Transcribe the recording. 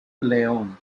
león